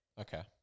Okay